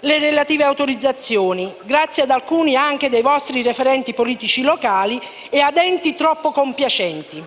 le relative autorizzazioni, grazie anche ad alcuni dei vostri referenti politici locali e a enti troppo compiacenti.